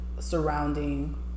Surrounding